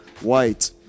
White